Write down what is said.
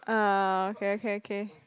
uh okay okay okay